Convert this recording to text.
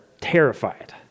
terrified